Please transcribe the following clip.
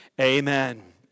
Amen